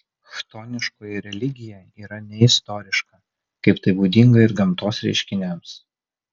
chtoniškoji religija yra neistoriška kaip tai būdinga ir gamtos reiškiniams